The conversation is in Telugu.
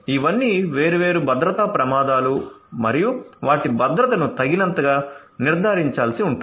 ఇవన్నీ వేర్వేరు భద్రతా ప్రమాదాలు మరియు వాటి భద్రతను తగినంతగా నిర్ధారించాల్సి ఉంటుంది